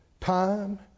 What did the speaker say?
time